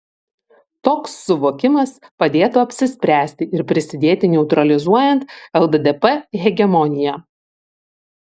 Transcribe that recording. toks suvokimas padėtų apsispręsti ir prisidėti neutralizuojant lddp hegemoniją